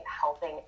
helping